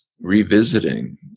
revisiting